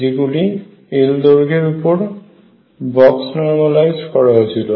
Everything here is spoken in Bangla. যেগুলি L দৈর্ঘ্যের উপর বক্স নর্মালাইজড করা হয়েছিল